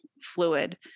fluid